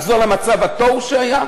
לחזור למצב התוהו שהיה?